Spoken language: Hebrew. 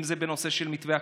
אם זה בנושא מתווה הכותל,